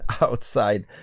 outside